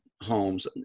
homes